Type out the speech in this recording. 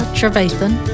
Trevathan